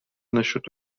насчет